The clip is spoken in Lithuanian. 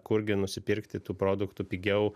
kur gi nusipirkti tų produktų pigiau